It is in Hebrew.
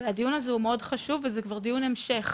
הדיון הזה הוא מאוד חשוב וזה כבר דיון המשך.